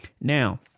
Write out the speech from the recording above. Now